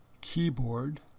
keyboard